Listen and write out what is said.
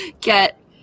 get